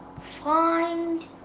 find